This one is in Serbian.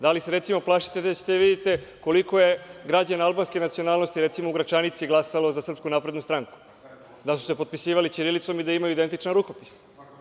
Da li se, recimo, plašite da ćete da vidite koliko je građana albanske nacionalnosti, recimo, u Gračanici glasalo za SNS, da su se potpisivali ćirilicom i da imaju identičan rukopis?